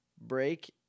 break